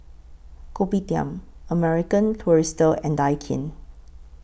Kopitiam American Tourister and Daikin